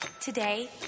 Today